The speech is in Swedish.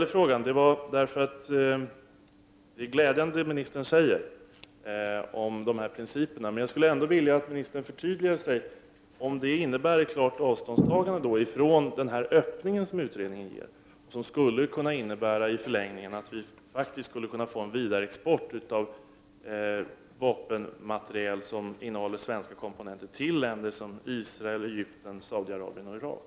Det som statsrådet säger om dessa principer är glädjande, men jag skulle ändå vilja att statsrådet förtydligar sig. Innebär detta ett klart avståndstagande från den öppning som utredningen föreslår, vilket i förlängningen skulle kunna innebära att vi får en vidareexport av krigsmateriel som innehåller svenska komponenter till länder som Israel, Egypten, Saudiarabien och Irak?